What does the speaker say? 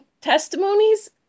testimonies